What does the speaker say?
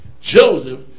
Joseph